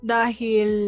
dahil